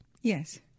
Yes